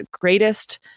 greatest